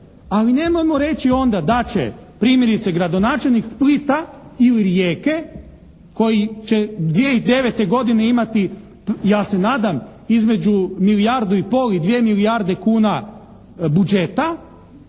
ali nemojmo reći onda da će primjerice gradonačelnik Splita ili Rijeke koji će 2009. godine imati ja se nadam između milijardu i pol i 2 milijarde kuna budžeta.